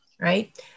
right